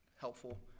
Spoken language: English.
helpful